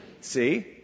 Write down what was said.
See